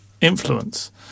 influence